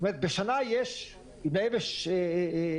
זאת אומרת בשנה יש בערך 1,500,